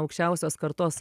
aukščiausios kartos